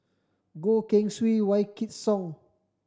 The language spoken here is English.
Goh Keng Swee Wykidd Song